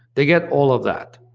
they get all of that.